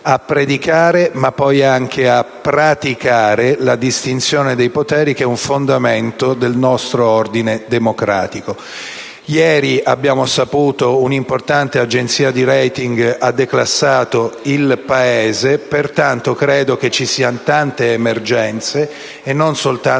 a predicare ma poi anche a praticare la distinzione dei poteri, che è un fondamento del nostro ordine democratico. Ieri abbiamo saputo che un'importante agenzia di *rating* ha declassato il Paese, quindi penso che ci siano tante emergenze, e non soltanto